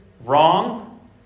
wrong